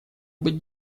быть